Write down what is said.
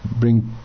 bring